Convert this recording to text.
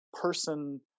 person